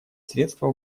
средства